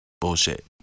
Bullshit